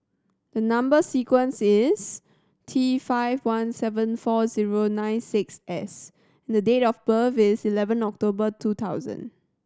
the number sequence is T five one seven four zero nine six S the date of birth is eleven October two thousand